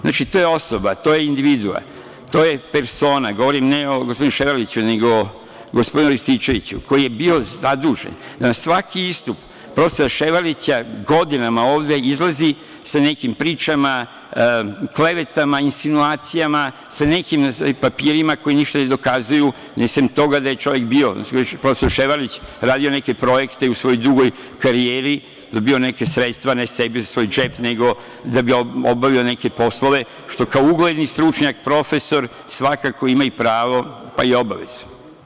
Znači, to je osoba, to je individua, to je persona, govorim ne o gospodinu Ševarliću nego o gospodinu Rističeviću, koji je bio zadužen da na svaki istup profesora Ševarlića godinama ovde izlazi sa nekim pričama, klevetama, insinuacijama, sa nekim nazovi papirima koji ništa ne dokazuju, sem toga da je čovek bio, profesor Ševarlić, radio neke projekte u svojoj dugoj karijeri, dobio neka sredstva, ne sebi, za svoj džep, nego da bi obavljao neke poslove, što kao ugledni stručnjak, profesor, svakako ima i pravo, pa i obavezu.